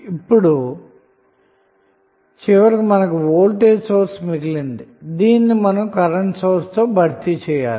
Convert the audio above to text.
ఇప్పుడు చివరగా మిగిలిన వోల్టేజ్ సోర్స్ ని కరెంటు సోర్స్ తో భర్తీ చేయవచ్చు